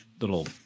little